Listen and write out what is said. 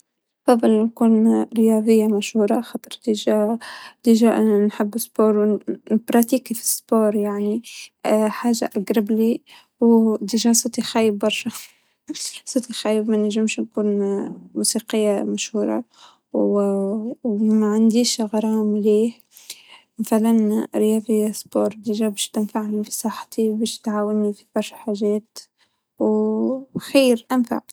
ما أعتقد إني راح أختار لا رياضة ولا موسيجى ،لإنه ما بفهم لا بهذي ولا بهذي ،يعني يمكن رياضة شوي، أميل لإلها لكن الموسيقى مرة بعيدة عنها ،ومرة ما بفهم إيش فيها أي شيء صعب ، لكن الرياضة يمكن شوي كرة جدم، شوية طايرة ،هاكدي الشغلات لكن ما بختار إشي فيهم.